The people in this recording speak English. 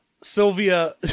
Sylvia